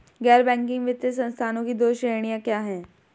गैर बैंकिंग वित्तीय संस्थानों की दो श्रेणियाँ क्या हैं?